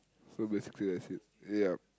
so basically that's it ya